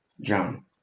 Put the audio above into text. John